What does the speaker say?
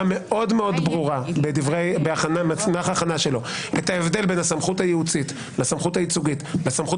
מאוד ברורה את ההבדל בין הסמכות הייעוצית לסמכות הייצוגית לסמכות